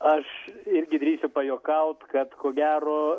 aš irgi drįsiu pajuokaut kad ko gero